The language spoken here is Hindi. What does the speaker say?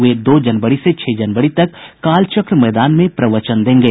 वे दो जनवरी से छह जनवरी तक कालचक्र मैदान में प्रवचन देंगे